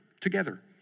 together